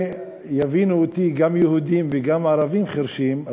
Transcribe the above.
שיבינו אותי גם יהודים וגם ערבים חירשים,